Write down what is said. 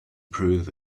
prove